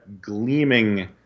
gleaming